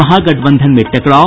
महागठबंधन में टकराव